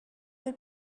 had